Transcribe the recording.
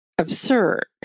Absurd